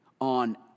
on